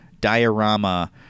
diorama